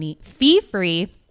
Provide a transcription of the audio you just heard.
fee-free